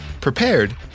prepared